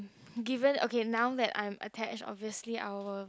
given okay now that I'm attached obviously I will